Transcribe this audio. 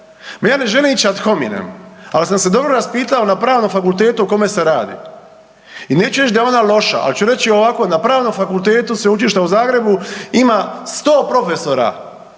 Ja ne želim ići ad hominem ali sam se dobro raspitao na Pravnom fakultetu o kome se radi i neću reći da je ona loša, ali ću reći ovako na Pravnom fakultetu Sveučilišta u Zagrebu ima 100 profesora